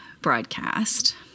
broadcast—